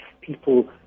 people